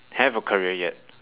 have a career yet